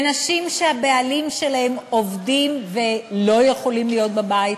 ונשים שהבעלים שלהן עובדים ולא יכולים להיות בבית,